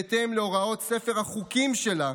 בהתאם להוראות ספר החוקים שלה,